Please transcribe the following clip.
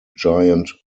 giant